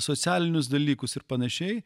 socialinius dalykus ir panašiai